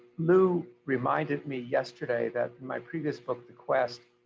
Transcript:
louis reminded me yesterday that in my previous book, the quest,